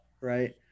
right